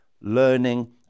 learning